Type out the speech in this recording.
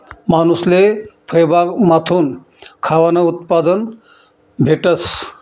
मानूसले फयबागमाथून खावानं उत्पादन भेटस